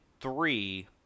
three